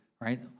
right